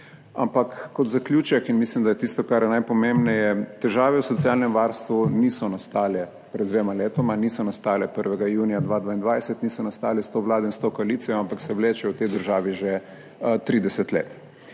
Ampak kot zaključek in mislim, da je tisto kar je najpomembneje, težave v socialnem varstvu niso nastale pred dvema letoma, niso nastale 1. junija 2022, niso nastale s to Vlado in to koalicijo, ampak se vlečejo v tej državi že 30 let.